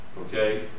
okay